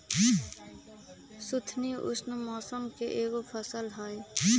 सुथनी उष्ण मौसम के एगो फसल हई